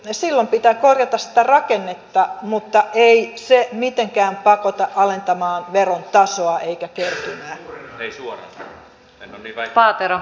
silloin pitää korjata sitä rakennetta mutta ei se mitenkään pakota alentamaan verotasoa eikä kertymää